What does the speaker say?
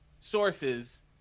sources